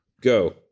Go